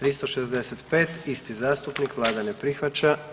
365. isti zastupnik, vlada ne prihvaća.